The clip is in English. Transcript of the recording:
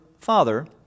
Father